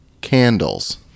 Candles